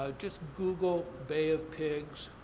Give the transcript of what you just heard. ah just google bay of pigs.